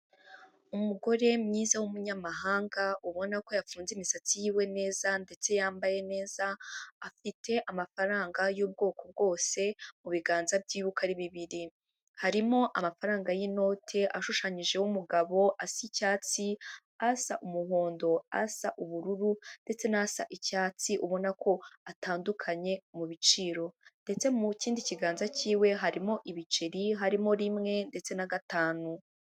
Umugore mwiza w'umunyamahanga ubona ko yafunze imisatsi yiwe neza ndetse yambaye neza afite amafaranga y'ubwoko bwose mu biganza byiwe uko ari bibiri, harimo amafaranga y'inote ashushanyijeho umugabo asa icyatsi, asa umuhondo, asa ubururu ndetse n'asa icyatsi ubona ko atandukanye mu biciro ndetse mu kindi kiganza cyiwe harimo ibiceri, harimo rimwe ndetse na gatanu.